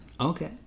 Okay